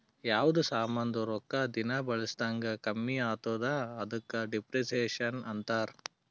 ಯಾವ್ದು ಸಾಮಾಂದ್ ರೊಕ್ಕಾ ದಿನಾ ಬಳುಸ್ದಂಗ್ ಕಮ್ಮಿ ಆತ್ತುದ ಅದುಕ ಡಿಪ್ರಿಸಿಯೇಷನ್ ಅಂತಾರ್